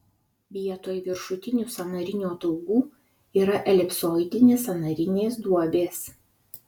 vietoj viršutinių sąnarinių ataugų yra elipsoidinės sąnarinės duobės